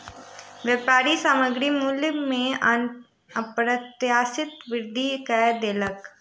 व्यापारी सामग्री मूल्य में अप्रत्याशित वृद्धि कय देलक